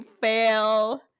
fail